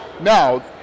now